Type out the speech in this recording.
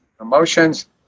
emotions